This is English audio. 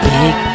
big